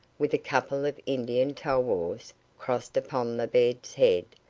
with a couple of indian tulwars crossed upon the bed's head,